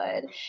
good